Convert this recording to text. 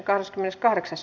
asia